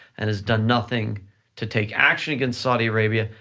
and has done nothing to take action against saudi arabia,